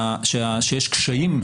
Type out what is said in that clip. שיש קשיים.